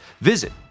Visit